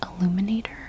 illuminator